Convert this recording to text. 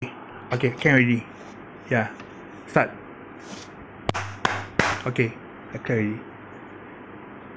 okay can already ya start okay I clap already